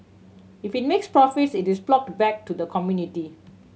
if it makes profits it is ploughed back to the community